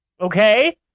Okay